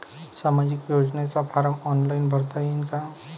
सामाजिक योजनेचा form online भरता येईन का?